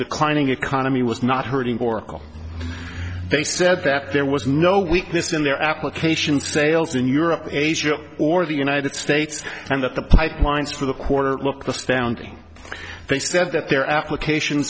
the climbing economy was not hurting or they said that there was no weakness in their application sales in europe asia or the united states and that the pipelines for the quarter look the standing they said that their application